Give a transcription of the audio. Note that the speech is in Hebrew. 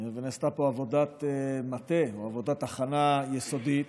ונעשתה פה עבודת מטה, עבודת הכנה יסודית.